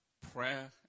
Prayer